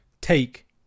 Take